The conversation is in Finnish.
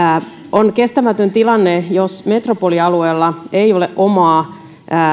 on kestämätön tilanne jos metropolialueella ei ole omaa tai